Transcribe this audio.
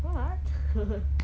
what